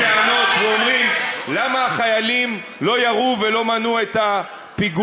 שכולם קמים בטענות ואומרים: למה החיילים לא ירו ולא מנעו את הפיגוע?